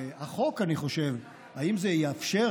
החוק, אני חושב, האם זה יתאפשר?